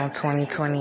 2020